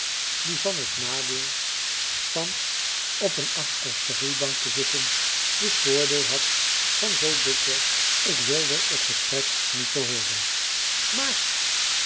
die van het nadeel van op een achterste roeibank te zitten dit voordeel had van zoo dikwijls ik wilde het gesprek niet te hooren maar